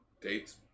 dates